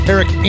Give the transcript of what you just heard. Eric